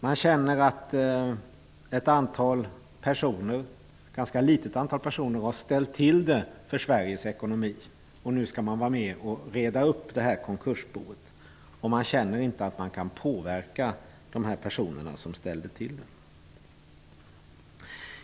Man känner att ett antal personer, visserligen ett ganska litet antal, har ställt till det för Sveriges ekonomi och att man nu skall vara med och reda upp det hela när det gäller detta konkursbo. Man känner inte att man kan påverka de personer som ställt till det för oss.